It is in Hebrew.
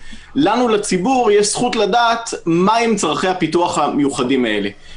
לנו לציבור יש זכות לדעת מהם צרכי הפיתוח המיוחדים האלה,